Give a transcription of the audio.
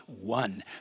one